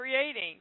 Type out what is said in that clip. creating